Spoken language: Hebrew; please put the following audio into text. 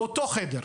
אותו חדר,